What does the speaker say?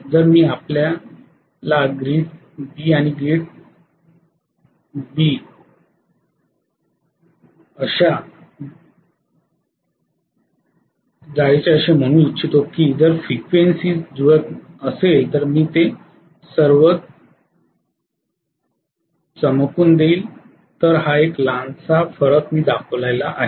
जर मी जर आपल्याला ग्रीड बी आणि ग्रीड चे Cआणि अशा जाळीचे असे म्हणू इच्छितो की जर फ्रिक्वेन्सी जुळत असेल तर मी ते सर्व चमकू देईन तर एक लहानसा फरक मी दाखवला आहे